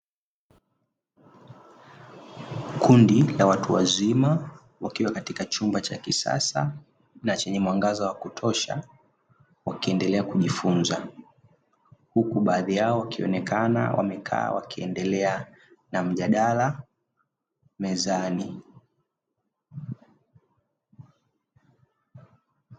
Kundi la watu wazima wakiwa katika chumba cha kisasa na chenye mwangaza wa kutosha, wakiendelea kujifunza huku baadhi yao wakionekana wamekaa wakiendelea na mjadala mezani.